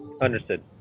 Understood